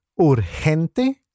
urgente